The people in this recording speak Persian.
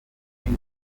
این